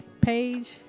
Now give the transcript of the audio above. page